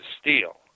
steal